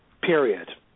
Period